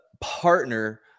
partner